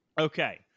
Okay